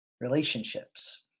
relationships